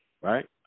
right